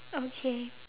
okay